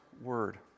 Word